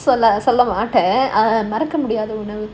சொல்லமாட்டேன் அது மறக்க முடியாத உணவு:solla mattaeen adhu marakamudiyaatha unavu